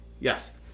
yes